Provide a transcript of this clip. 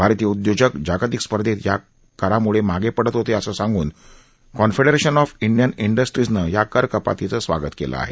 भारतीय उद्योजक जागतिक स्पर्धेत या करामुळे पूर्वी मागे पडत होते असं सांगून कॉनफेडरेशन ऑफ इंडियन इंडस्ट्रीजनं या करकपातीचं स्वागत केलं आहे